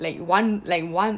like one like one